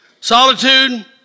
Solitude